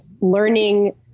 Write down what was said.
learning